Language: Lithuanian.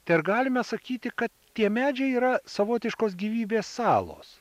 tai ar galime sakyti kad tie medžiai yra savotiškos gyvybės salos